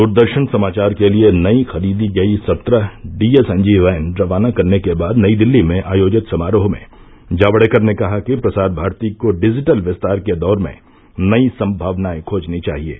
दूरदर्शन समाचार के लिए नई खरीदी गई सत्रह D S N G van रवाना करने के बाद नई दिल्ली में आयोजित समारोह में जावड़ेकर ने कहा कि प्रसार भारती को डिजिटल विस्तार के दौर में नई संभावनाएं खोजनी चाहिएं